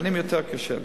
תקנים יותר קשה.